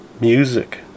music